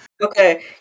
Okay